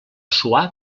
suar